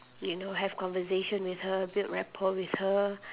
you know have conversation with her build rapport with her